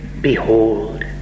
behold